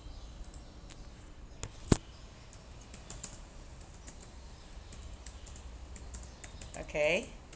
okay